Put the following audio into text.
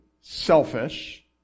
selfish